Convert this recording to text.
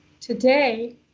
Today